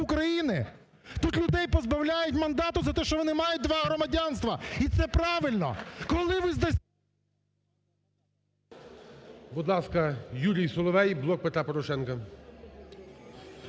України?! Тут людей позбавляють мандату за те, що вони мають два громадянства, і це правильно.